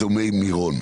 מירון.